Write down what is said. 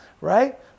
right